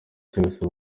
cyose